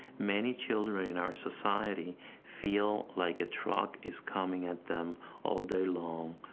many children in our society feel like a truck is coming at them all day long,